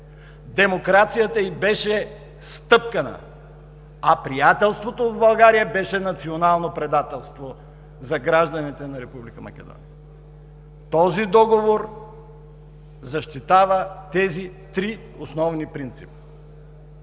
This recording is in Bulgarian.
Демокрацията й беше стъпкана, а приятелството в България беше национално предателство за гражданите на Република Македония. Този договор защитава тези три основни принципа.